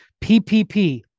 PPP